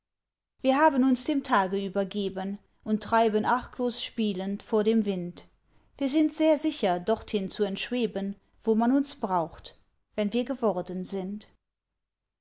wir haben uns dem tage übergeben und treiben arglos spielend vor dem wind wir sind sehr sicher dorthin zu entschweben wo man uns braucht wenn wir geworden sind